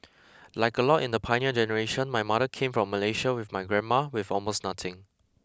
like a lot in the pioneer generation my mother came from Malaysia with my grandma with almost nothing